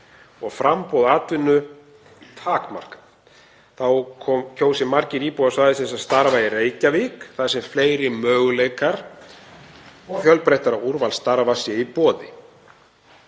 og framboð atvinnu takmarkað. Þá kjósi margir íbúar svæðisins að starfa í Reykjavík þar sem fleiri möguleikar og fjölbreyttara úrval starfa sé í boði.